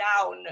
down